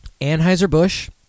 Anheuser-Busch